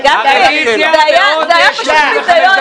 --- ביזיון,